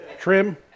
trim